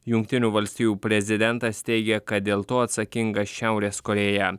jungtinių valstijų prezidentas teigė kad dėl to atsakinga šiaurės korėja